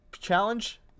challenge